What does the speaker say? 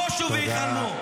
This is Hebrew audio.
בושו והיכלמו.